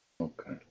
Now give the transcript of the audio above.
Okay